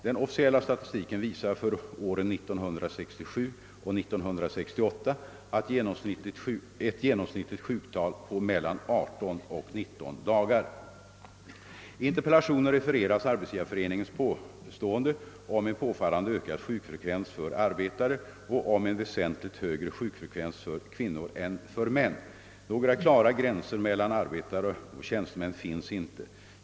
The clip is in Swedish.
Den officiella statistiken visar för åren 1967 och 1968 ett genomsnittligt sjuktal på mellan 18 och 19 dagar. I interpellationen refereras Arbetsgivareföreningens påstående om en påfallande ökad sjukfrekvens för arbetare och om en väsentligt högre sjukfrekvens för kvinnor än för män. Några klara gränser mellan arbetare och tjänstemän finns inte.